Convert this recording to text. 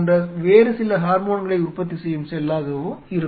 போன்ற வேறு சில ஹார்மோன்களை உற்பத்தி செய்யும் செல்லாகவோ இருக்கும்